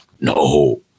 no